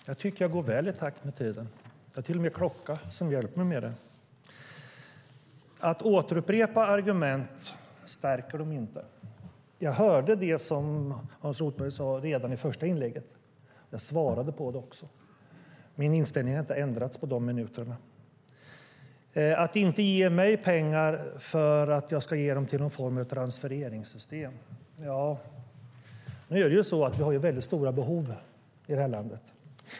Herr talman! Jag tycker att jag går väl i takt med tiden. Jag har till och med en klocka som hjälper mig med det. Att upprepa argument stärker dem inte. Jag hörde det som Hans Rothenberg sade redan i det första inlägget. Jag svarade på det också. Min inställning har inte ändrats på dessa minuter. Man ska inte ge mig pengar för att jag ska ge dem till någon form av transfereringssystem. Men vi har stora behov i det här landet.